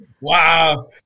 Wow